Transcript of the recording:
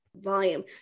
volume